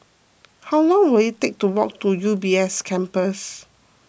how long will it take to walk to U B S Campus